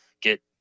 get